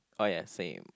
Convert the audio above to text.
oh ya same